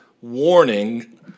warning